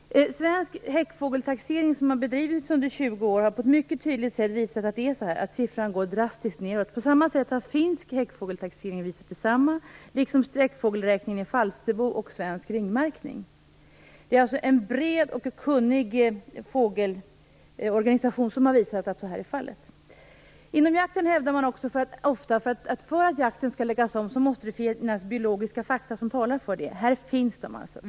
Svensk häckfågeltaxering, ett projekt som har bedrivits under 20 år, har på ett mycket tydligt sätt visat att det är så här. Siffran går drastiskt nedåt. Finsk häckfågeltaxering har visat detsamma, liksom sträckfågelräkningen i Falsterbo och svensk ringmärkning. Det är alltså en bred och kunnig samling fågelexperter som visat att det är så här. Inom jaktkretsar hävdar man ofta att ifall jakten skall läggas om måste det finnas biologiska fakta som talar för det. Här finns de alltså.